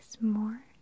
more